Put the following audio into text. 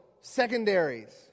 secondaries